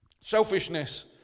Selfishness